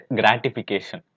gratification